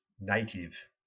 native